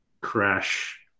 crash